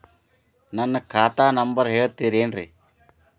ನನ್ನ ಖಾತಾ ನಂಬರ್ ಹೇಳ್ತಿರೇನ್ರಿ?